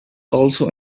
also